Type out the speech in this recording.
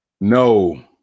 No